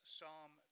Psalm